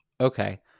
Okay